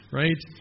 right